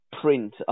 print